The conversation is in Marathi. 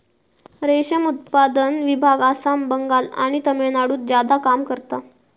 रेशम उत्पादन विभाग आसाम, बंगाल आणि तामिळनाडुत ज्यादा काम करता